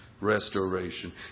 restoration